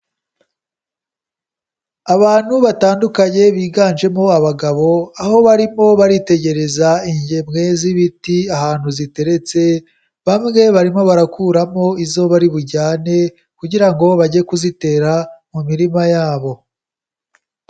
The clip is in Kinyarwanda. Abantu batandukanye biganjemo abagabo, aho barimo baritegereza ingemwe z'ibiti ahantu ziteretse, bamwe barimo barakuramo izo bari bujyane kugira ngo bajye kuzitera mu mirima yabo.